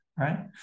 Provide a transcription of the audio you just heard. Right